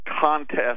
contest